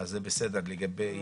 זה קורה לאחר שזה נבדק,